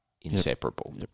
inseparable